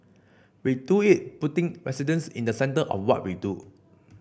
we do it putting residents in the centre of what we do